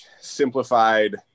simplified